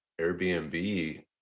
Airbnb